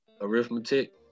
arithmetic